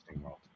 world